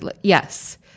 Yes